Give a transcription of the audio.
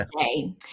say